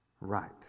right